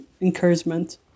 encouragement